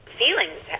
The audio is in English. feelings